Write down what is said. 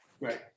Right